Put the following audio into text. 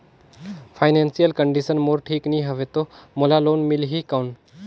Financial condition मोर ठीक नी हवे तो मोला लोन मिल ही कौन??